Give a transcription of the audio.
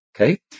Okay